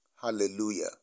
hallelujah